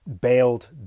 bailed